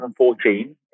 2014